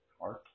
art